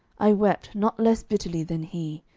i wept not less bitterly than he,